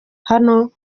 hano